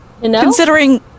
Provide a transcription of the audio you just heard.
considering